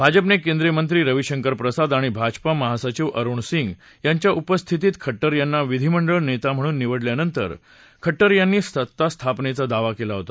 भाजपने केंद्रीय मंत्री रवी शंकर प्रसाद आणि भाजपा महासचिव अरुण सिंग यांच्या उपस्थितीत खट्टर यांना विधिमंडळ नेता म्हणून निवडल्यानंतर खट्टर यांनी सत्ता स्थापनेचा दावा केला होता